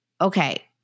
okay